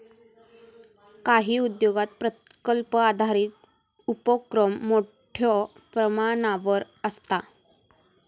काही उद्योगांत प्रकल्प आधारित उपोक्रम मोठ्यो प्रमाणावर आसता